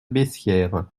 bessières